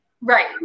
Right